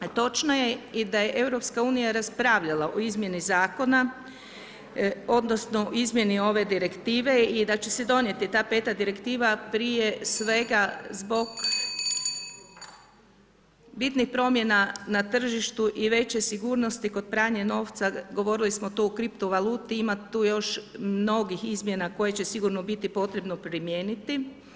Točno je i da je EU raspravljala o izmjeni zakona, odnosno izmjeni ove direktive i da će se donijeti ta 5.-ta direktiva prije svega zbog bitnih promjena na tržištu i veće sigurnosti kod pranja novca, govorili smo tu o kripto valuti, ima tu još mnogih izmjena koje će sigurno biti potrebno primijeniti.